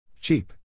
Cheap